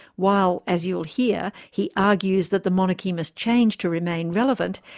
while, as you'll hear, he argues that the monarchy must change to remain relevant,